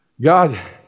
God